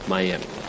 Miami